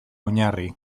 oinarri